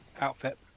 Outfit